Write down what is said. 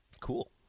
Cool